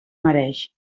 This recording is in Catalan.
mereix